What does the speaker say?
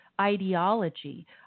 ideology